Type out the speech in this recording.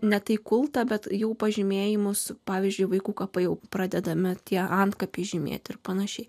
ne tik kultą bet jų pažymėjimus pavyzdžiui vaikų kapai pradedami tie antkapiai žymėti ir pan